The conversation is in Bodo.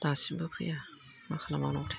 दासिमबो फैया मा खालामबावनांगौथाय